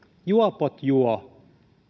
juopot juovat